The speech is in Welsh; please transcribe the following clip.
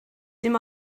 dim